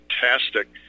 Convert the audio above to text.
fantastic